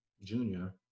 junior